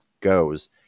goes